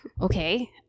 Okay